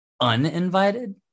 Uninvited